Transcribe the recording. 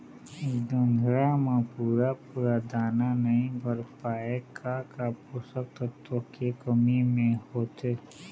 जोंधरा म पूरा पूरा दाना नई भर पाए का का पोषक तत्व के कमी मे होथे?